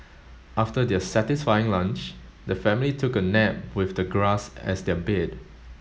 after their satisfying lunch the family took a nap with the grass as their bed